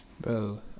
Bro